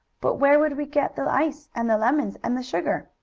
but where would we get the ice and the lemons and the sugar?